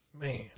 man